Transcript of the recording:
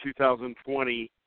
2020